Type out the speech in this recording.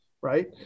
right